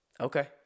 Okay